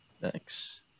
Thanks